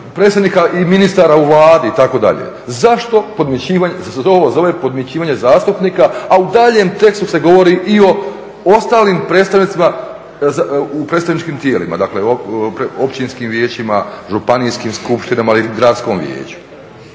predsjednika i ministara u Vladi itd.? Zašto se ovo zove podmićivanje zastupnika, a u daljnjem tekstu se govori i o ostalim predstavnicima u predstavničkim tijelima? Dakle, općinskim vijećima, županijskim skupštinama i gradskom vijeću.